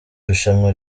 rushanwa